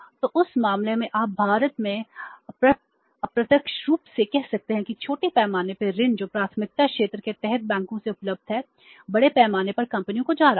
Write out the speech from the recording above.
तो उस मामले में आप भारत में अप्रत्यक्ष रूप से कह सकते हैं कि छोटे पैमाने पर ऋण जो प्राथमिकता क्षेत्र के तहत बैंकों से उपलब्ध है बड़े पैमाने पर कंपनियों को जा रहा है